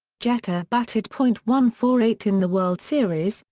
jeter batted point one four eight in the world series,